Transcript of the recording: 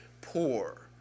poor